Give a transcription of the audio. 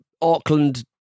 Auckland